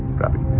crappy.